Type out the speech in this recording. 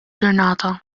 ġurnata